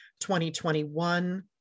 2021